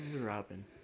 Robin